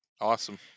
Awesome